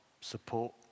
support